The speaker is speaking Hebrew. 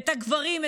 את הגברים,